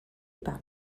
par